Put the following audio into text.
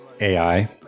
AI